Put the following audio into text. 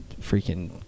freaking